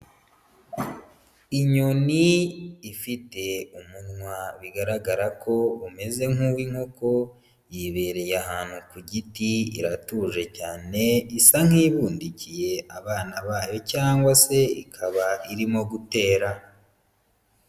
Inyoni ifite umunwa bigaragara ko umeze nk'uw'inkoko, yibereye ahantu ku giti iratuje cyane isa nk'ibundikiye abana bayo cyangwa se ikaba irimo gutera.